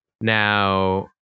now